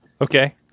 okay